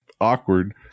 awkward